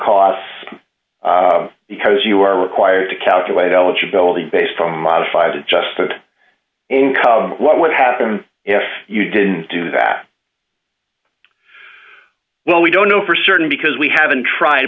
costs because you are required to calculate eligibility based on modified adjusted income what would happen if you didn't do that well we don't know for certain because we haven't tried